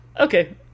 Okay